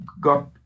got